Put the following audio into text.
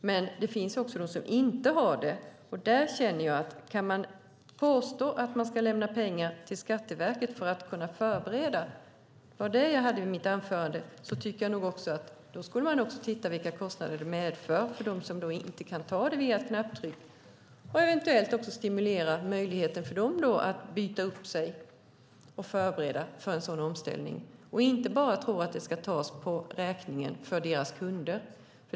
Men det finns också de som inte har denna teknik. Kan man påstå att man ska lämna pengar till Skatteverket för att kunna förbereda, som jag tog upp i mitt anförande, tycker jag att man också ska titta på vilka kostnader som det medför för dem som inte kan få fram detta genom ett knapptryck och eventuellt stimulera dem till att så att säga byta upp sig och förbereda för en sådan omställning. Man kan inte bara tro att detta ska tas upp på räkningen till deras kunder.